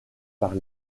par